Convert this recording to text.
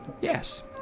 Yes